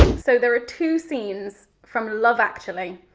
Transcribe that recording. so there are two scenes from love actually,